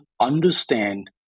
understand